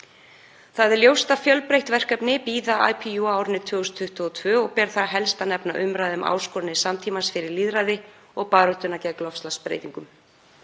Það er ljóst að fjölbreytt verkefni bíða IPU á árinu 2022 og ber þar helst að nefna umræðu um áskoranir samtímans fyrir lýðræði og baráttuna gegn loftslagsbreytingum.